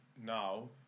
now